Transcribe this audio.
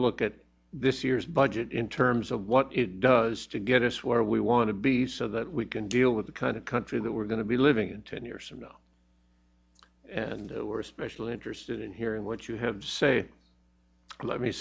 a look at this year's budget in terms of what it does to get us where we want to be so that we can deal with the kind of country that we're going to be living in ten years from now and we're especially interested in hearing what you have say let me